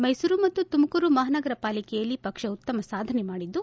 ಮೈಸೂರು ಮತ್ತು ತುಮಕೂರು ಮಹಾನಗರ ಪಾಲಿಕೆಯಲ್ಲಿ ಪಕ್ಷ ಉತ್ತಮ ಸಾಧನೆ ಮಾಡಿದ್ದು